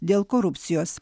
dėl korupcijos